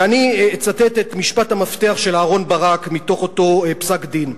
ואני אצטט את משפט המפתח של אהרן ברק מתוך אותו פסק-דין: